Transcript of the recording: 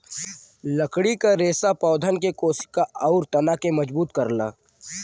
लकड़ी क रेसा पौधन के कोसिका आउर तना के मजबूत करला